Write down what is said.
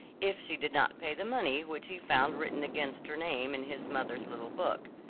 if she did not pay the money which he found written against her name in his mother's little book.